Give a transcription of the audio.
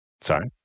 Sorry